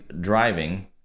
driving